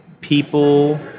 people